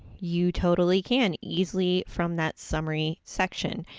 you totally can easily from that summary section.